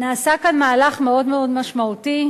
נעשה כאן מהלך מאוד מאוד משמעותי.